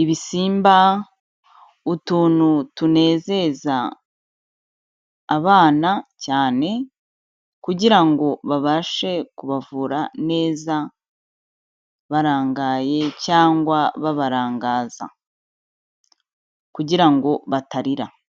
ibisimba, utuntu tunezeza abana cyane kugira ngo babashe kubavura neza barangaye cyangwa babarangaza kugira ngo batarira.